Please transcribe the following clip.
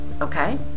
Okay